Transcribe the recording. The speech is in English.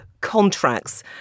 contracts